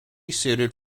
suited